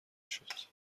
نشد